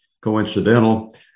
coincidental